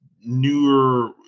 newer